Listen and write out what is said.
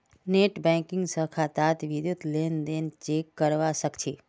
net banking स खातात बितु लेन देन चेक करवा सख छि